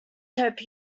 hope